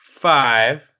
five